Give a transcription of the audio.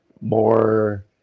more